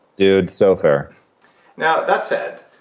dude, so fair now, that said,